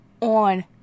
on